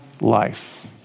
life